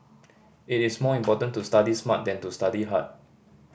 it is more important to study smart than to study hard